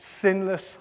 sinless